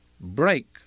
break